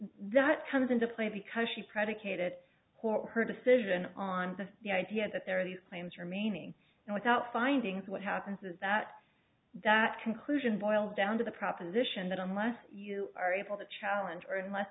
that comes into play because she predicated her decision on the idea that there are these claims or meaning and without findings what happens is that that conclusion boils down to the proposition that unless you are able to challenge or unless